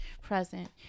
present